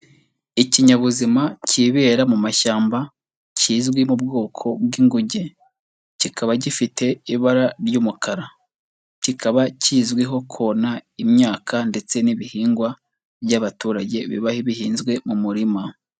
Ikinyabuzima cyibera mu mashyamba kizwi mu bwoko bw'inguge. Kikaba gifite ibara ry'umukara. Kikaba kizwiho kona imyaka ndetse n'ibihingwa by'abaturage biba bihinzwe mu murima.